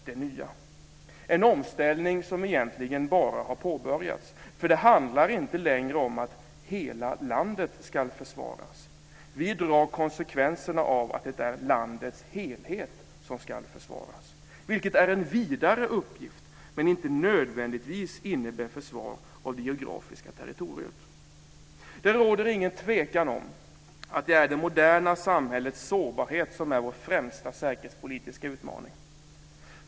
Det är en omställning som egentligen bara har påbörjats, för det handlar inte längre om att hela landet ska försvaras. Vi drar konsekvenserna av att det är landets helhet som ska försvaras, vilket är en vidare uppgift men inte nödvändigtvis innebär försvar av det geografiska territoriet. Det råder ingen tvekan om att det är det moderna samhällets sårbarhet som är vår främsta säkerhetspolitiska utmaning.